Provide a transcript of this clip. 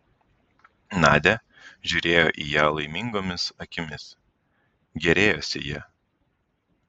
nadia žiūrėjo į ją laimingomis akimis gėrėjosi ja